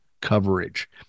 coverage